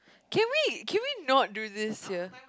can we can we not do this here